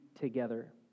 together